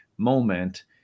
moment